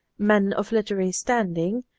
men of literary standing,